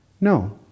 No